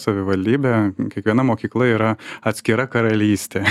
savivaldybė kiekviena mokykla yra atskira karalystė